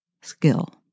skill